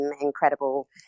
incredible